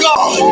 God